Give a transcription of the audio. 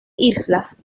islas